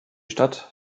stadt